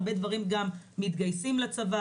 הרבה דברים גם מתגייסים לצבא,